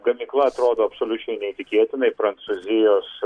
gamykla atrodo absoliučiai neįtikėtinai prancūzijos